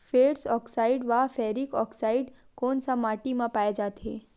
Ferrous oxide व ferric oxide कोन सा माटी म पाय जाथे?